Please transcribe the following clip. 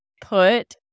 put